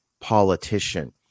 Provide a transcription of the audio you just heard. politician